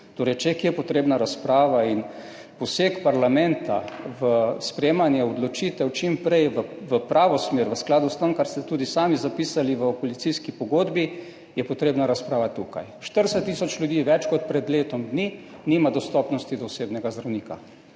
Če je kje potrebna razprava in poseg parlamenta v sprejemanje odločitev čim prej v pravo smer, v skladu s tem, kar ste tudi sami zapisali v koalicijski pogodbi, je potrebna razprava tukaj. 40 tisoč ljudi več kot pred letom dni nima dostopnosti do osebnega zdravnika.